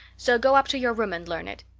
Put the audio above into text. so go up to your room and learn it.